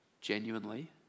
genuinely